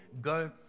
go